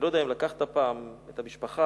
אני לא יודע אם לקחת פעם את המשפחה.